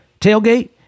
Tailgate